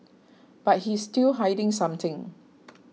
but he's still hiding something